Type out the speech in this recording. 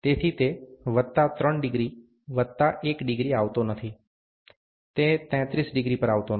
તેથી તે વત્તા 3° વત્તા 1° આવતો નથી તે 33° પર આવતો નથી